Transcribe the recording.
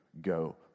Go